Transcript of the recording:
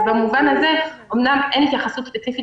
במובן הזה אמנם אין התייחסות ספציפית